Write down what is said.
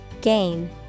gain